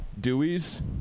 Deweys